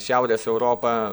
šiaurės europa